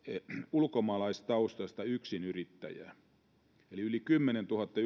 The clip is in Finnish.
ulkomaalaistaustaista yksinyrittäjää eli yli kymmenentuhatta